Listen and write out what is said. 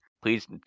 Please